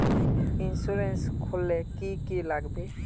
Insurance खोले की की लगाबे?